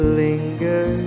linger